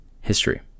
history